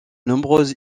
nombreuses